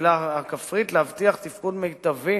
הקהילה הכפרית כדי להבטיח תפקוד מיטבי